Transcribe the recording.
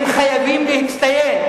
הם חייבים להצטיין.